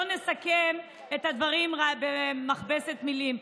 לא נסכם את הדברים במכבסת מילים,